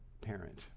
parent